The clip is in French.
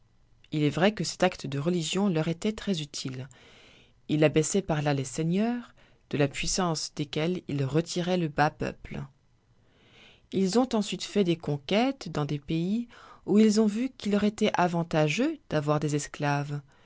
il est vrai que cet acte de religion leur étoit très-utile ils abaissoient par là les seigneurs de la puissance desquels ils retiroient le bas peuple ils ont ensuite fait des conquêtes dans des pays où ils ont vu qu'il leur étoit avantageux d'avoir des esclaves